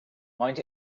mount